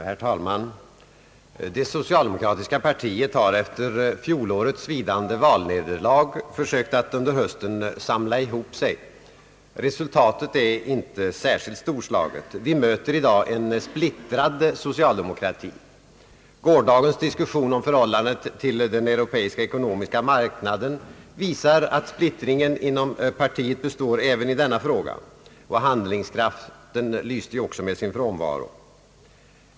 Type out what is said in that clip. Herr talman! Det socialdemokratiska partiet har efter fjolårets svidande valnederlag försökt att under hösten samla ihop sig. Resultatet är inte särskilt storslaget. Vi möter i dag en splittrad socialdemokrati. Gårdagens diskussion om förhållandet till den europeiska ekonomiska marknaden visar att splittringen i partiet består även i denna fråga, och handlingskraften lyste ju också med sin frånvaro.